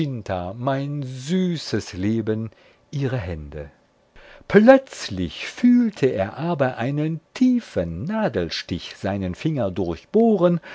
mein süßes leben ihre hände plötzlich fühlte er aber einen tiefen nadelstich seinen finger durchbohren